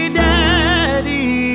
daddy